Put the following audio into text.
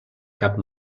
cap